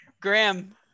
Graham